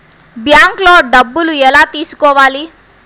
బ్యాంక్లో డబ్బులు ఎలా తీసుకోవాలి?